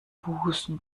busen